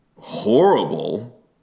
horrible